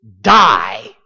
die